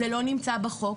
זה לא נמצא בחוק.